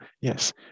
yes